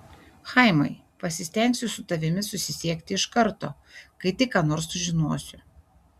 chaimai pasistengsiu su tavimi susisiekti iš karto kai tik ką nors sužinosiu